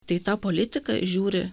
tai ta politika žiūri